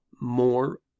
more